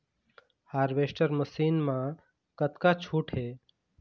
Harvester machine मा कतका छूट हे?